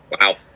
Wow